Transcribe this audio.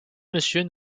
messieurs